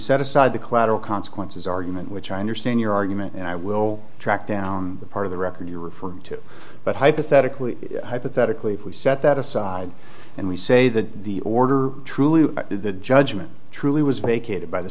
set aside the collateral consequences argument which i understand your argument and i will track down the part of the record you refer to but hypothetically hypothetically if we set that aside and we say that the order truly judgment truly was vacated by the